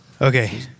Okay